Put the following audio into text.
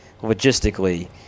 logistically